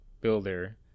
builder